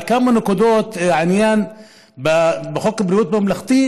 כמה נקודות בעניין חוק בריאות ממלכתי,